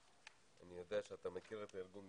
אני יודע שאתה מכיר את הארגון,